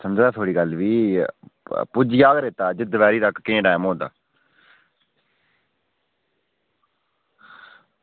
समझा ना थुआढ़ी गल्ल बी पुज्जी जाह्ग रेता अज्ज दपैह्रीं तक किन्ना टैम होंदा